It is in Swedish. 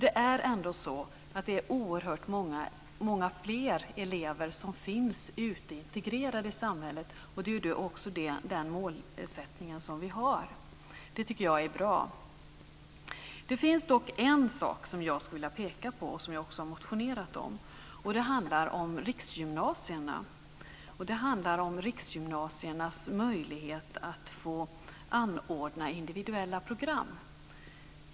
Det är oerhört många fler elever som är integrerade i samhället, och det är också den målsättning som vi har. Det tycker jag är bra. Det finns dock en sak som jag skulle vilja peka på, som jag också har motionerat om. Det handlar om riksgymnasierna och riksgymnasiernas möjlighet att anordna individuella program.